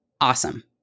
awesome